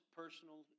personal